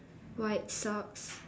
white socks